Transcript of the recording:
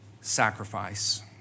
sacrifice